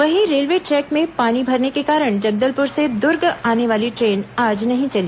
वहीं railway track में पानी भरने के कारण जगदलपुर से दुर्ग आने वार्ली ट्रेन आज नहीं चली